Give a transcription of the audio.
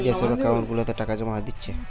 যে সব একাউন্ট গুলাতে টাকা জোমা দিচ্ছে